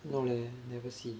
no leh never see